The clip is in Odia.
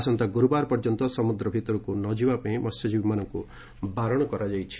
ଆସନ୍ତା ଗୁରୁବାର ପର୍ଯ୍ୟନ୍ତ ସମୁଦ୍ର ଭିତରକୁ ନଯିବା ପାଇଁ ମତ୍ୟଜୀବୀମାନଙ୍କୁ ବାରଣ କରାଯାଇଛି